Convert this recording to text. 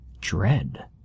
dread